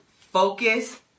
focus